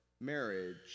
marriage